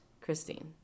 Christine